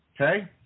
Okay